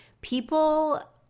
people